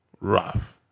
Rough